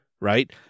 right